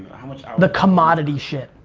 how much the commodity shit.